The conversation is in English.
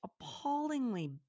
appallingly